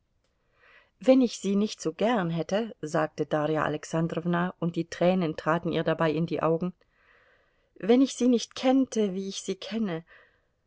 wenn ich sie nicht so gern hätte sagte darja alexandrowna und die tränen traten ihr dabei in die augen wenn ich sie nicht kennte wie ich sie kenne